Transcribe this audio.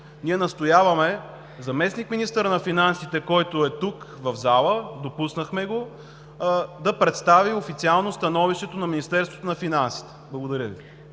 ние настояваме заместник-министърът на финансите, който е тук, в залата, допуснахме го, да представи официално становището на Министерството на финансите. Благодаря Ви.